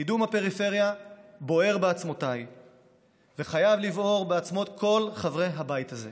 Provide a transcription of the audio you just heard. קידום הפריפריה בוער בעצמותיי וחייב לבעור בעצמות כל חברי הבית הזה,